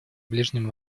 ближнем